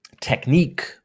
technique